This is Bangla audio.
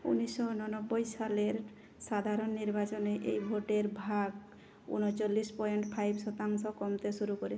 ঊনিশশো ঊননব্বই সালের সাধারণ নির্বাচনে এই ভোটের ভাগ ঊনচল্লিশ পয়েন্ট ফাইভ শতাংশে কমতে শুরু করে